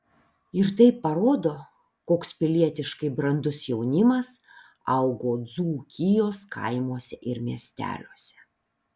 ir tai parodo koks pilietiškai brandus jaunimas augo dzūkijos kaimuose ir miesteliuose